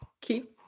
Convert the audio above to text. keep